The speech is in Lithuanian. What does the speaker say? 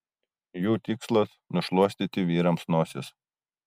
jų tikslas nušluostyti vyrams nosis